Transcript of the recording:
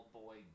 boy